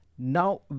Now